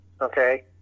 okay